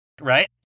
Right